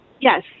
Yes